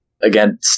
Again